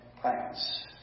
plants